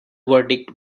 verdict